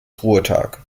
ruhetag